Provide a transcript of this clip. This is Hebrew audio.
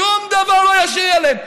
שום דבר לא יפריע להם.